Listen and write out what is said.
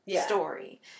story